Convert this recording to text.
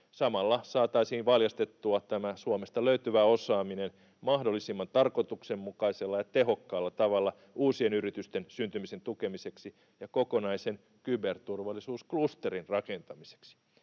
Samalla saataisiin valjastettua tämä Suomesta löytyvä osaaminen mahdollisimman tarkoituksenmukaisella ja tehokkaalla tavalla uusien yritysten syntymisen tukemiseksi ja kokonaisen kyberturvallisuusklusterin rakentamiseksi.